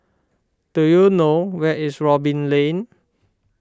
do you know where is Robin Lane